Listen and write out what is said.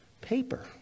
paper